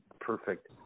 perfect